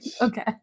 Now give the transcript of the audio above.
Okay